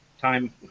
time